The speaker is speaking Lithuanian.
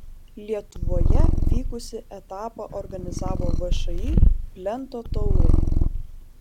lietuvoje vykusį etapą organizavo všį plento taurė